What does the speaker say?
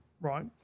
right